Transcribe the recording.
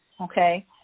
okay